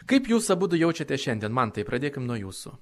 kaip jūs abudu jaučiatės šiandien mantai pradėkim nuo jūsų